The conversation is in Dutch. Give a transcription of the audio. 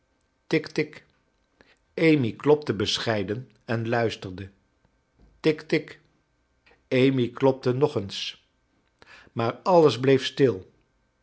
tik tik amy klopte bescheiden en luisterde tik tik amy klopte nog eens maar alles bleef stil